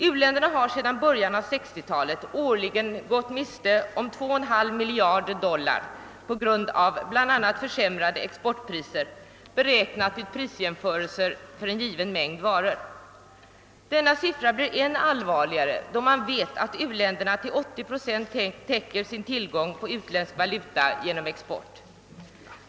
U-länderna har sedan början av 1960 talet årligen gått miste om 2/3 miljarder dollar på grund av bl.a. försämrade exportpriser. Denna beräkning har gjorts genom jämförelse av priserna för en given mängd varor. Siffran ter sig ännu allvarligare då vi vet att u-länderna till 80 procent täcker sitt behov av utländsk valuta genom export.